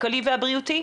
הכלכלי והבריאותי,